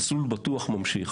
׳מסלול בטוח׳ ממשיך.